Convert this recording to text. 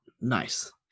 Nice